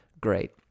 great